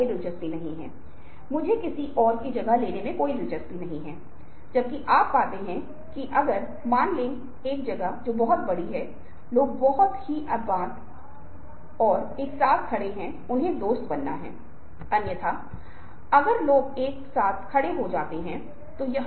तो पहली दो चीजें बहुत महत्वपूर्ण हैं क्योंकि ये 2 तरीके हैं जिन्हें हम अपने प्रयोगों के दौरान संबोधित करेंगे जो इस सप्ताह इस सत्र में एक साथ होंगे